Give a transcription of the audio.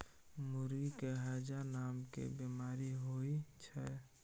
मुर्गी के हैजा नामके बेमारी होइ छै